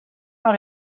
dans